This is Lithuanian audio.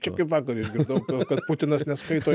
čia kaip vakar išgirdau kad putinas neskaito